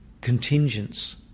contingents